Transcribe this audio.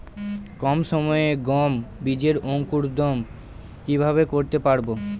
কম সময়ে গম বীজের অঙ্কুরোদগম কিভাবে করতে পারব?